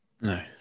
No